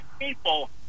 people